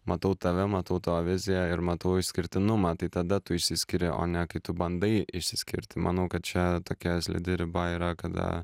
matau tave matau tavo viziją ir matau išskirtinumą tai tada tu išsiskiri o ne kai tu bandai išsiskirti manau kad čia tokia slidi riba yra kada